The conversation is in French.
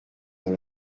dans